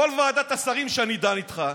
אתה בכלל, בכל ועדת שרים שאני דן איתך,